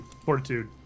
Fortitude